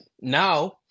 now